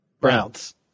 Browns